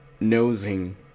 nosing